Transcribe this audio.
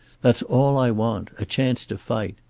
that's all i want. a chance to fight.